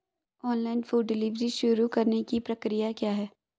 Online food delivery शुरू करने की प्रक्रिया क्या है?